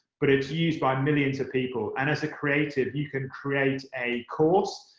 but it's used by millions of people. and as a creative, you can create a course.